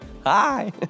Hi